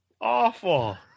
awful